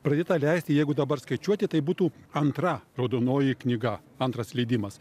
pradėta leisti jeigu dabar skaičiuoti tai būtų antra raudonoji knyga antras leidimas